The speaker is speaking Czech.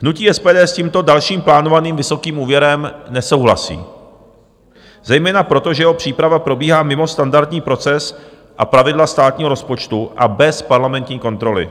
Hnutí SPD s tímto dalším plánovaným vysokým úvěrem nesouhlasí zejména proto, že jeho příprava probíhá mimo standardní proces a pravidla státního rozpočtu a bez parlamentní kontroly.